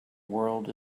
world